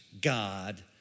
God